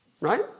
Right